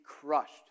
crushed